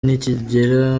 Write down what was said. nikigera